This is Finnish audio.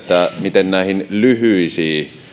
miten näihin lyhyisiin